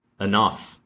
enough